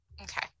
okay